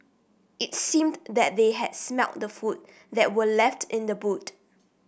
it seemed that they had smelt the food that were left in the boot